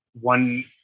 one